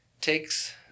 takes